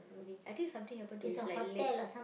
I think something happen to his like leg